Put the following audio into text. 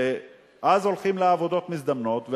ואז הולכים לעבודות מזדמנות,